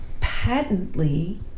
patently